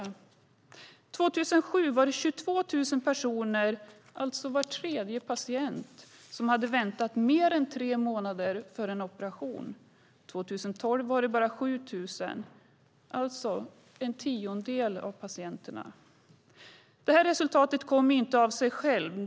År 2007 var det 22 000 personer, alltså var tredje patient, som hade väntat mer än tre månader på operation. År 2012 var det bara 7 000, alltså en tiondel av patienterna. Det här resultatet kommer inte av sig självt.